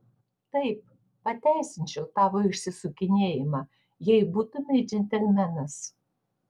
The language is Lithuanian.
taip pateisinčiau tavo išsisukinėjimą jei būtumei džentelmenas